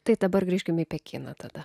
tai dabar grįžkime į pekiną tada